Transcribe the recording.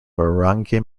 barangay